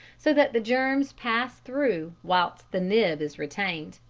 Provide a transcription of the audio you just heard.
so that the germs pass through whilst the nib is retained.